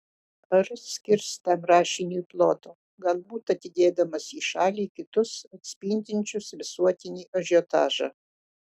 ar skirs tam rašiniui ploto galbūt atidėdamas į šalį kitus atspindinčius visuotinį ažiotažą